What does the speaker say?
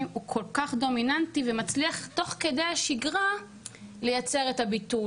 הוא כל כך דומיננטי ומצליח תוך כדי השגרה לייצר את הביטול.